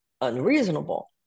unreasonable